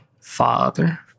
father